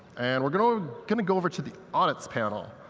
and we're going to going to go over to the audits panel.